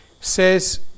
says